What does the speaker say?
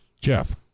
Jeff